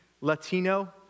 Latino